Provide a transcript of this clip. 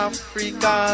Africa